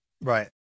right